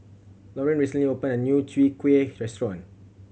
Loren recently opened a new Chwee Kueh restaurant